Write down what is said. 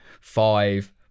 five